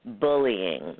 Bullying